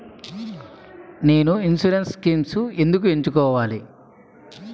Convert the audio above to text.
నేను insurance schemes ఎందుకు ఎంచుకోవాలి?